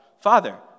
Father